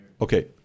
Okay